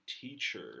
teacher